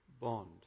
bond